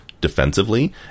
defensively